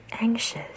anxious